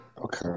Okay